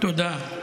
תודה.